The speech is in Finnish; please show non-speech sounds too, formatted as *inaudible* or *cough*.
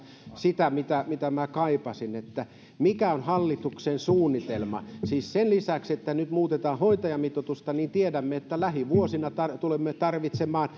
sitä mitä mitä minä kaipasin eli sitä mikä on hallituksen suunnitelma siis sen lisäksi että nyt muutetaan hoitajamitoitusta tiedämme että lähivuosina tulemme tarvitsemaan *unintelligible*